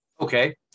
Okay